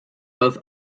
both